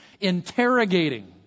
interrogating